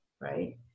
right